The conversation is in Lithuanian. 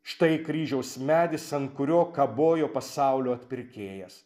štai kryžiaus medis ant kurio kabojo pasaulio atpirkėjas